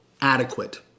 adequate